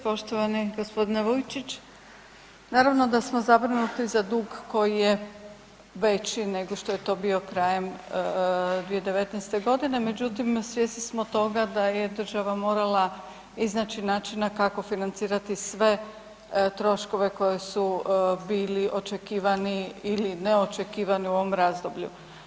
Poštovani g. Vujčić, naravno da smo zabrinuti za dug koji je veći nego što je to bio krajem 2019. g. međutim svjesni smo toga da je država morala iznaći načina kako financirati sve troškove koji su bili očekivani ili neočekivani u ovom razdoblju.